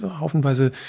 haufenweise